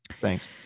Thanks